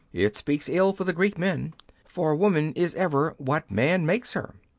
it speaks ill for the greek men for woman is ever what man makes her.